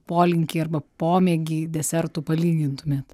polinkį arba pomėgį desertų palygintumėt